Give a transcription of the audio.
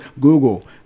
Google